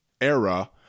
era